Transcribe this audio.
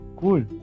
Cool